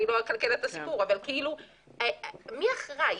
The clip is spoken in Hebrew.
אני לא אקלקל לה אז מי אחראי?